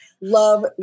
Love